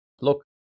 look